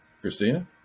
Christina